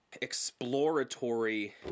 exploratory